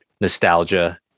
nostalgia